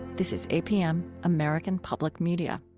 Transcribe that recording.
this is apm, american public media